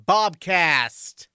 Bobcast